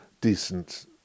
decent